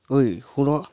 অই শুন আকৌ